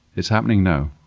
it's happening now.